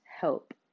help